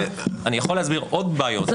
אני יכול להסביר עוד בעיות,